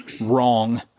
wrong